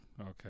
Okay